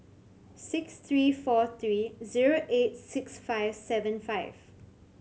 six three four three zero eight six five seven five